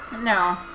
No